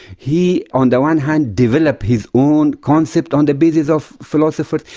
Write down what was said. he on the one hand developed his own concept on the basis of philosophers,